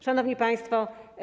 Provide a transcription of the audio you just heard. Szanowni Państwo!